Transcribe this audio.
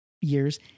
years